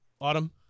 Autumn